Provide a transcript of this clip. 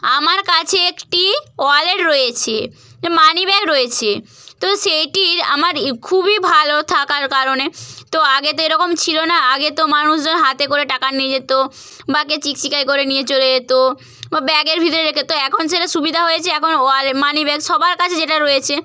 আমার কাছে একটি ওয়ালেট রয়েছে মানিব্যাগ রয়েছে তো সেইটির আমার এ খুবই ভালো থাকার কারণে তো আগে তো এরকম ছিল না আগে তো মানুষজন হাতে করে টাকা নিয়ে যেতো বা কে চিকচিকায় করে নিয়ে চলে যেতো ব্যাগের ভিতর রেখে তো এখন সেটা সুবিধা হয়েছে এখন মানিব্যাগ সবার কাছে যেটা রয়েছে